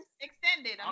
extended